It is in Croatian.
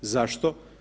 Zašto?